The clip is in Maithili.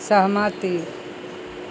सहमति